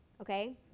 Okay